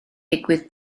digwydd